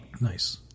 Nice